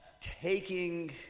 taking